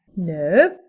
no.